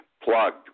plugged